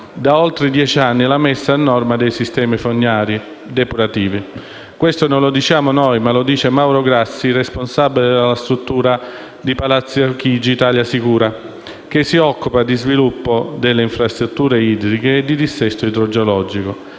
da oltre dieci anni, la messa a norma dei sistemi fognari e depurativi. Questo non lo diciamo noi, ma lo afferma Mauro Grassi, responsabile della struttura di Palazzo Chigi #italiasicura, che si occupa di sviluppo delle infrastrutture idriche e di dissesto idrogeologico,